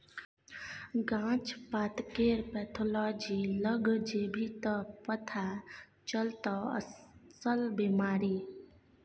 गाछ पातकेर पैथोलॉजी लग जेभी त पथा चलतौ अस्सल बिमारी